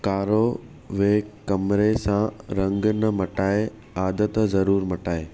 कारो वेह कमरे सां रंगु न मटाए आदत ज़रूरु मटाए